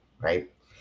right